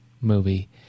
movie